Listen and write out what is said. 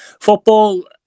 football